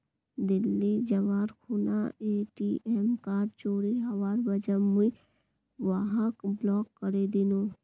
दिल्ली जबार खूना ATM card चोरी हबार वजह मुई वहाक ब्लॉक करे दिनु